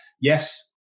Yes